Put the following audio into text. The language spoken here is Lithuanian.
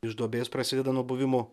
iš duobės prasideda nuo buvimo